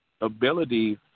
ability